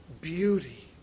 beauty